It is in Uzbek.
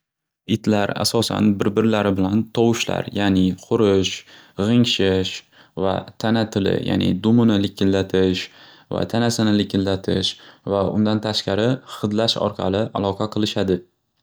Itlar asosan bir birlari bilan tovushlar yani xurish g'ingshish va tana tili yani dumini likkillatish va tanasini likkillatish va undan tashqari hidlash orqali aloqa qilishadi.